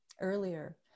earlier